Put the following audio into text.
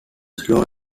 slow